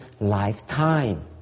lifetime